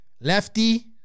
Lefty